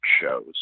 shows